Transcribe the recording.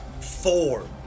Four